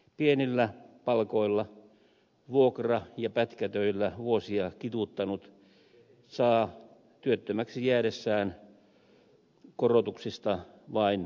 pienillä palkoilla vuokra ja pätkätöillä vuosia kituuttanut saa työttömäksi jäädessään korotuksista vain murusia